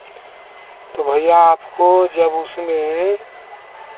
तो भैया आपको जब उसमें